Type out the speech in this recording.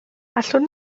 allwn